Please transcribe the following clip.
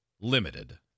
Limited